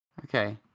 Okay